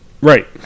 right